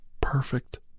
perfect